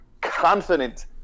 confident